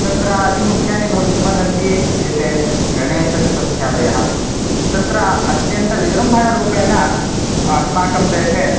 तत्र अतिमुख्यानि भवितुम् अर्हन्ति एते गणेशचतुर्थ्यादयः तत्र अत्यन्तं विजृम्भणरूपेण अस्माकं देशे